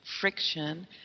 friction